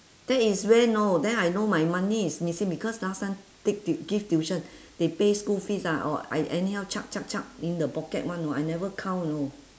that is when know then I know my money is missing because last time take tui~ give tuition they pay school fees ah or I anyhow chuck chuck chuck in the pocket [one] you know I never count you know